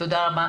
תודה רבה.